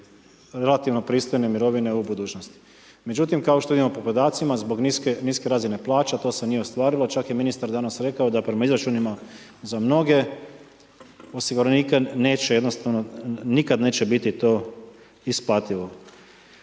relativno pristojne mirovine u budućnosti. Međutim kao što vidimo po podacima, zbog niske razine plaća, to se nije ostvarilo, čak je ministar rekao da prema izračunima za mnoge osiguranike neće jednostavno, neće nikad biti to isplativo.